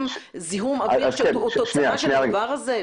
זיהום אויר שהוא תוצאה של הדבר הזה?